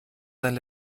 sein